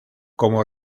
como